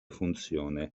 funzione